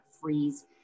freeze